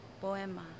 poema